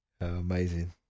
Amazing